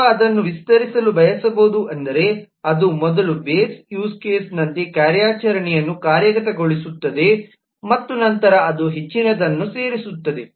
ಅಥವಾ ಅದನ್ನು ವಿಸ್ತರಿಸಲು ಬಯಸಬಹುದು ಅಂದರೆ ಅದು ಮೊದಲು ಬೇಸ್ ಯೂಸ್ ಕೇಸ್ನಂತೆ ಕಾರ್ಯಾಚರಣೆಯನ್ನು ಕಾರ್ಯಗತಗೊಳಿಸುತ್ತದೆ ಮತ್ತು ನಂತರ ಅದು ಹೆಚ್ಚಿನದನ್ನು ಸೇರಿಸುತ್ತದೆ